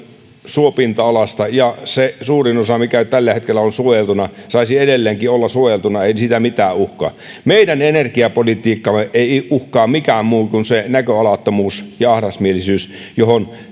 suopinta alasta ja se suurin osa mikä tällä hetkellä on suojeltuna saisi edelleenkin olla suojeltuna ei sitä mikään uhkaa meidän energiapolitiikkaamme ei uhkaa mikään muu kuin se näköalattomuus ja ahdasmielisyys johon